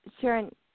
Sharon